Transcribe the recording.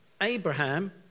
Abraham